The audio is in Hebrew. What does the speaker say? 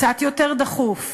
קצת יותר דחוף,